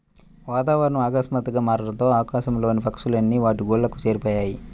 వాతావరణం ఆకస్మాతుగ్గా మారడంతో ఆకాశం లోని పక్షులు అన్ని వాటి గూళ్లకు చేరిపొయ్యాయి